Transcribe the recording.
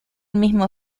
mismo